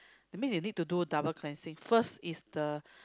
that means you need to do double cleansing first is the